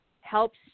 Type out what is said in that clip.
helps